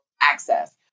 access